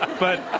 ah but ah